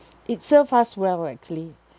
it serve us well actually